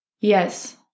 Yes